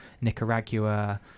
nicaragua